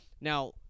Now